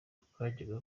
twajyaga